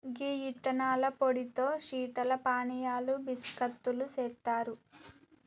గీ యిత్తనాల పొడితో శీతల పానీయాలు బిస్కత్తులు సెత్తారు